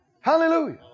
Hallelujah